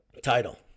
title